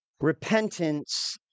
repentance